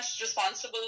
responsible